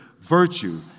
virtue